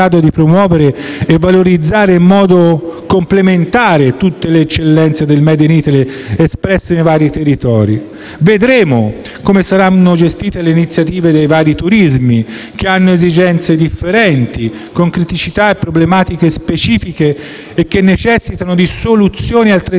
di promuovere e valorizzare, in modo complementare, tutte le eccellenze del *made in Italy* espresse nei vari territori. Vedremo come saranno gestite le iniziative dei vari turismi, che hanno esigenze differenti, con criticità e problematiche specifiche e che necessitano di soluzioni altrettanto